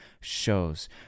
shows